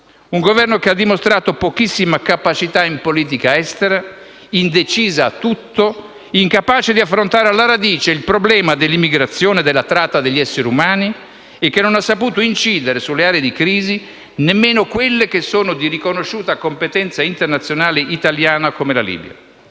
Un Governo che ha dimostrato pochissima capacità in politica estera, indeciso su tutto, incapace di affrontare alla radice il problema dell'immigrazione e della tratta degli esseri umani, che non ha saputo incidere sulle aree di crisi, neanche quelle che sono di riconosciuta competenza italiana come la Libia.